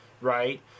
right